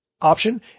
option